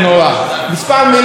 לא, אבל ממש משפט סיכום.